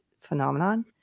phenomenon